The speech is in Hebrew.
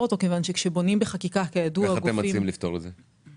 איך אתם מציעים לפתור את זה?